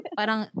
parang